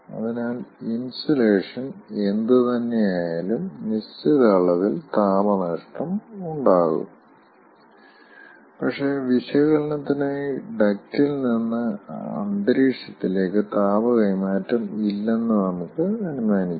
അതിനാൽ ഇൻസുലേഷൻ എന്തുതന്നെയായാലും നിശ്ചിത അളവിൽ താപനഷ്ടം ഉണ്ടാകും പക്ഷേ വിശകലനത്തിനായി ഡക്റ്റിൽ നിന്ന് അന്തരീക്ഷത്തിലേക്ക് താപ കൈമാറ്റം ഇല്ലെന്ന് നമുക്ക് അനുമാനിക്കാം